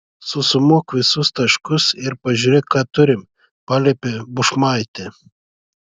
susumuok visus taškus ir pažiūrėk ką turim paliepė bušmaitė